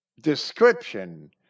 description